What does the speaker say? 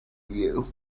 you